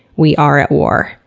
we are at war.